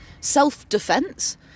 self-defense